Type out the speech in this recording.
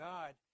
God